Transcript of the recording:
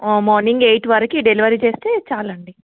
morning eight వరకు delivery చేస్తే చాలండి